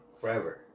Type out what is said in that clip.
forever